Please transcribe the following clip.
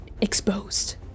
exposed